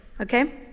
Okay